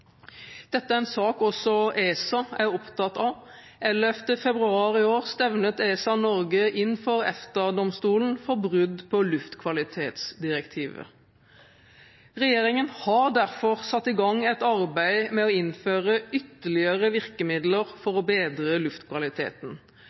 Dette er en sak også ESA er opptatt av. 11. februar i år stevnet ESA Norge inn for EFTA-domstolen for brudd på luftkvalitetsdirektivet. Regjeringen har derfor satt i gang et arbeid med å innføre ytterligere virkemidler for å bedre luftkvaliteten.